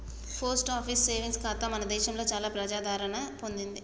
post office saving ఖాతా మన దేశంలో చాలా ప్రజాదరణ పొందింది